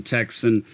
Texan